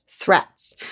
threats